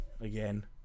again